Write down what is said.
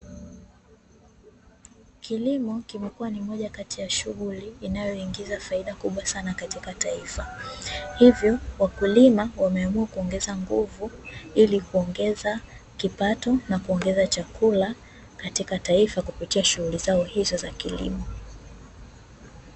Kilimo kimekuwa ni moja kati ya shughuli inayoingiza faida kubwa sana katika taifa. Hivyo, wakulima wameamua kuongeza nguvu ili kuongeza kipato na kuongeza chakula katika taifa kupitia shughuli zao hizo za kilimo.